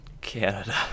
canada